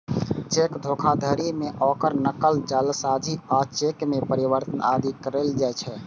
cheque धोखाधड़ी मे ओकर नकल, जालसाजी आ चेक मे परिवर्तन आदि कैल जाइ छै